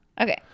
okay